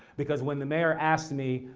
because when the mayor asked me,